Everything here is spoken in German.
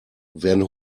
werden